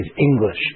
English